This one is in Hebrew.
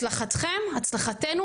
הצלחתם הצלחתנו.